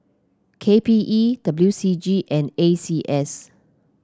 K P E W C G and A C S